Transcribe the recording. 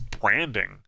branding